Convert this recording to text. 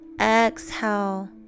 exhale